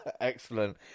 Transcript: Excellent